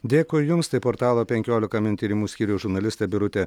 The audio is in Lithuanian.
dėkui jums tai portalo penkiolika min tyrimų skyriaus žurnalistė birutė